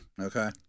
Okay